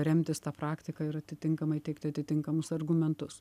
remtis ta praktika ir atitinkamai teikti atitinkamus argumentus